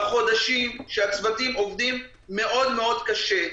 חודשים שהצוותים עובדים מאוד מאוד קשה.